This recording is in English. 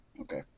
Okay